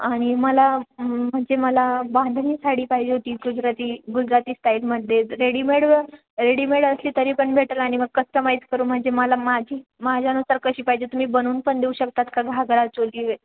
आणि मला म्हणजे मला बांधणी साडी पाहिजे होती गुजराती गुजराती स्टाईलमध्ये रेडीमेड व रेडीमेड असली तरी पण भेटेल आणि मग कस्टमाईज करून म्हणजे मला माझी माझ्यानुसार कशी पाहिजे तुम्ही बनवून पण देऊ शकतात का घागरा चोली